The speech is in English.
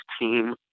team